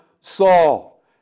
Saul